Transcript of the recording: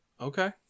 Okay